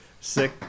sick